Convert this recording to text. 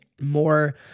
more